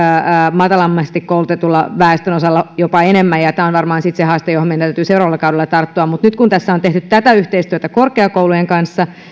matalammin koulutetun väestön osalta jopa enemmän ja ja tämä on varmaan se haaste johon meidän täytyy seuraavalla kaudella tarttua mutta nyt kun tässä on tehty tätä yhteistyötä korkeakoulujen kanssa